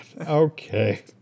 Okay